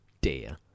dear